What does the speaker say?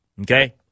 Okay